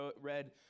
read